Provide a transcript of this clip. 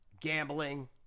gambling